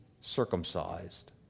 circumcised